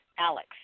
Alex